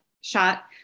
shot